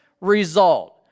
result